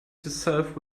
yourself